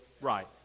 Right